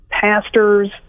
pastors